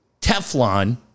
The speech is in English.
Teflon